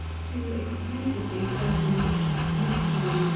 too exclusively those in which mystery,